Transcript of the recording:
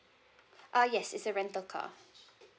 uh yes it's a rental car